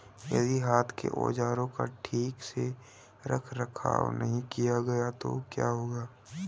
यदि हाथ के औजारों का ठीक से रखरखाव नहीं किया गया तो क्या होगा?